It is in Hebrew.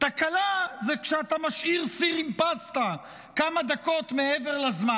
תקלה זה כשאתה משאיר סיר עם פסטה כמה דקות מעבר לזמן.